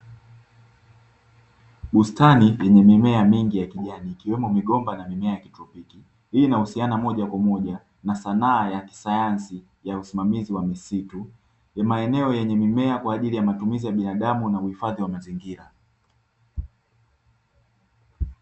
Bustani yenye mimea mingi ya kijani ikiwemo migomba na mimea midogo, hii inahusiana moja kwa moja na Sanaa ya kisayansi ya usimamizi wa misitu, ni maeneo yenye mimea kwa ajili ya matumizi ya mbinadamu na uhifadhi wa mazingira.